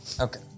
Okay